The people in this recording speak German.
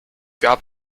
gab